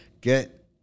get